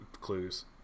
clues